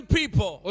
people